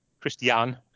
Christian